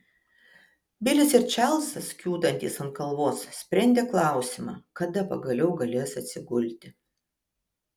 bilis ir čarlzas kiūtantys ant kalvos sprendė klausimą kada pagaliau galės atsigulti